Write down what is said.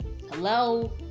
hello